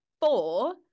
four